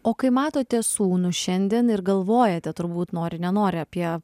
o kai matote sūnų šiandien ir galvojate turbūt nori nenori apie